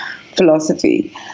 philosophy